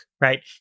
right